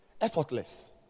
effortless